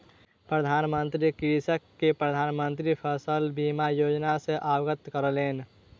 प्रधान मंत्री कृषक के प्रधान मंत्री फसल बीमा योजना सॅ अवगत करौलैन